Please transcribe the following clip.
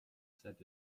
set